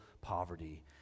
poverty